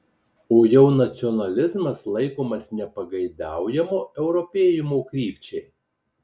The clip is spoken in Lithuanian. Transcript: o jau nacionalizmas laikomas nepageidaujamu europėjimo krypčiai